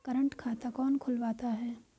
Current खाता कौन खुलवाता है?